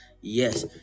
yes